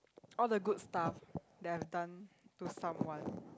all the good stuff that I've done to someone